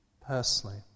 personally